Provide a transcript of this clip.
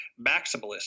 maximalist